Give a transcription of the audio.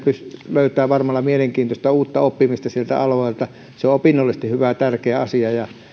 löytävät varmaan mielenkiintoista uutta oppimista siltä alueelta se on opinnollisesti hyvä ja tärkeä asia ja